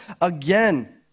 again